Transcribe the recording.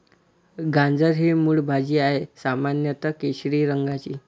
गाजर ही मूळ भाजी आहे, सामान्यत केशरी रंगाची